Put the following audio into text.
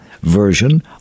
version